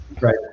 Right